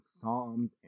psalms